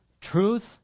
Truth